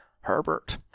Herbert